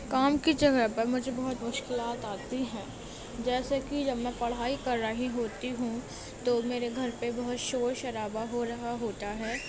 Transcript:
کام کی جگہ پر مجھے بہت مشکلات آتی ہیں جیسے کہ جب میں پڑھائی کر رہی ہوتی ہوں تو میرے گھر پہ بہت شور شرابہ ہو رہا ہوتا ہے